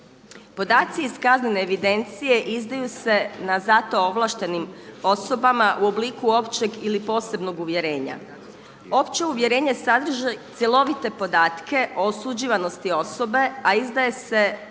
Podaci iz kaznene evidencije izdaju se na zato ovlaštenim osobama u obliku općeg ili posebnog uvjerenja. Opće uvjerenje sadrži cjelovite podatke o osuđivanosti osobe, a izdaje se